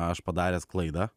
aš padaręs klaidą